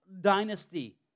dynasty